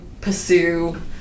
pursue